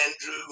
Andrew